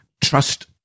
trust